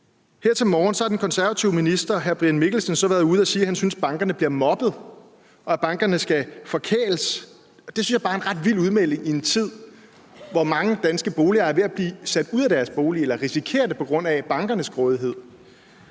Her til morgen har den konservative erhvervsminister været ude at sige, at han synes, bankerne bliver mobbet, og at bankerne skal forkæles. Det synes jeg bare er en ret vild udmelding i en tid, hvor mange danske boligejere er ved at blive sat ud af deres bolig eller risikerer det på grund af bankernes grådighed.